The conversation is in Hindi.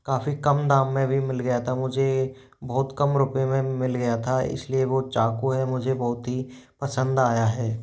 काफ़ी कम दाम में भी मिल गया था मुझे बहुत कम रुपये में मिल गया था इस लिए वो चाकू है मुझे बहुत ही पसंद आया है